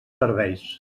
serveis